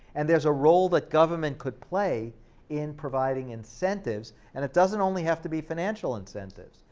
and there's a role that government could play in providing incentives and it doesn't only have to be financial incentives.